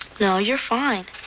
no, you're fine.